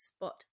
spot